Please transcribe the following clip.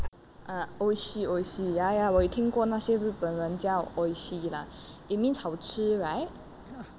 ah ya ya 我有听过那些日本人叫 lah it means 好吃 right